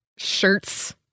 shirts